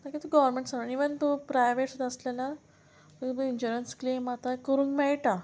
मागीर तूं government servant even तूं प्रायवेट सुद्दां आसलें जाल्यार तुका इन्शुरंस क्लेम आतां करूंक मेळटा